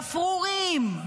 גפרורים,